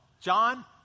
John